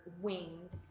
wings